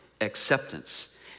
acceptance